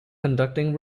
conducting